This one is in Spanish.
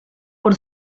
por